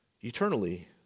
eternally